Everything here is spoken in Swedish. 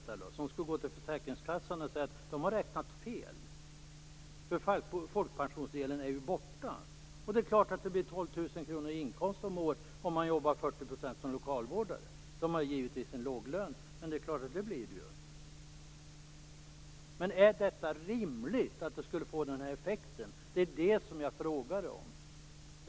Skall hon gå till försäkringskassan och säga att man där har räknat fel? Folkpensionsdelen är ju borta. Det är klart att man har 12 000 kr i inkomst i månaden om man jobbar 40 % tid som lokalvårdare. Då har man givetvis en låg lön, men så blir det ju. Men är det rimligt att detta skulle få den här effekten? Det är detta som jag frågar om.